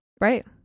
Right